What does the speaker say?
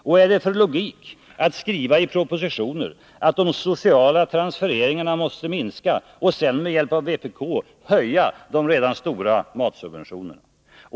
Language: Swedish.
Vad är det för logik i att skriva i propositioner att de sociala transfereringarna måste minska och sedan med hjälp från vpk höja de stora matsubventionerna?